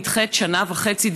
נדחית שנה וחצי,